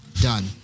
done